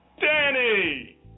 Danny